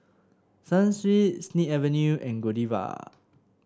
Sunsweet Snip Avenue and Godiva